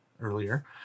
earlier